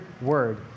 word